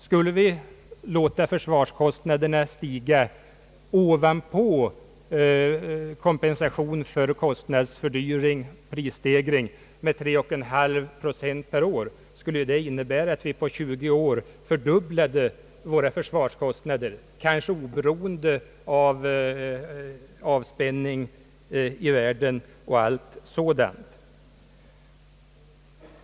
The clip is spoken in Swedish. Skulle vi låta försvarskostnaderna stiga ovanpå kompensation för kostnadsfördyring och prisstegringar med 3,5 procent per år, skulle det innebära att vi på 20 år fördubblade våra försvarskostnader, kanske oberoende av avspänningen i världen och allt sådant.